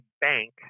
bank